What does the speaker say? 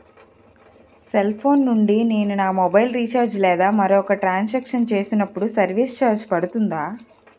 Cell phone నుండి నేను నా మొబైల్ రీఛార్జ్ లేదా మరొక ట్రాన్ సాంక్షన్ చేసినప్పుడు సర్విస్ ఛార్జ్ పడుతుందా?